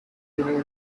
denotes